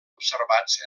observats